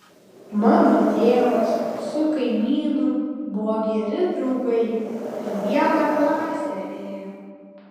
mano tėvas su kaimynu buvo geri draugai į vieną klasę ėjo